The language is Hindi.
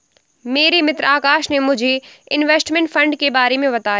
मेरे मित्र आकाश ने मुझे इनवेस्टमेंट फंड के बारे मे बताया